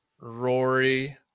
Rory